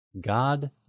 God